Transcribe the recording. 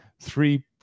three-